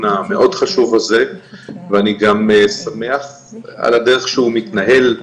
המאוד חשוב הזה ואני גם שמח על הדרך שהוא מתנהל,